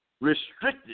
restricted